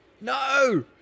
No